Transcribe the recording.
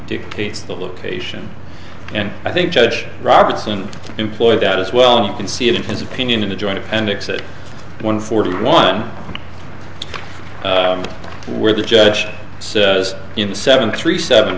dictates the location and i think judge robertson employed that as well and can see it in his opinion in a joint appendix at one forty one where the judge says in seven three seven